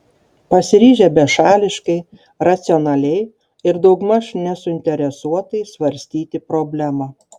pasiryžę bešališkai racionaliai ir daugmaž nesuinteresuotai svarstyti problemą